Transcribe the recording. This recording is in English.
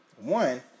One